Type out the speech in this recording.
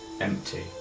empty